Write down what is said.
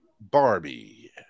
Barbie